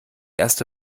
erste